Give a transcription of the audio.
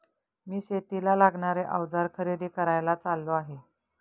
मी शेतीला लागणारे अवजार खरेदी करायला चाललो आहे